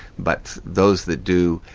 but those that do,